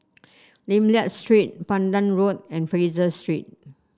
Lim Liak Street Pandan Road and Fraser Street